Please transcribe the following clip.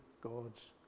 God's